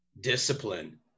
discipline